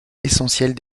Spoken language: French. essentiels